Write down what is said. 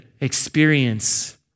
experience